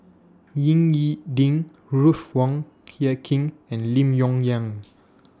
Ying E Ding Ruth Wong Hie King and Lim Yong Liang